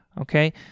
okay